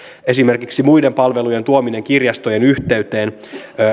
esimerkiksi muiden palvelujen tuominen kirjastojen yhteyteen